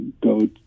go